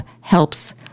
helps